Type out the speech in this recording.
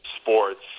sports